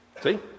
See